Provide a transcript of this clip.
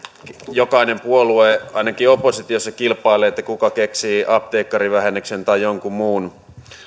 jokainen puolue ainakin oppositiossa kilpailee kuka keksii apteekkarivähennyksen tai jonkun muun